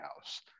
house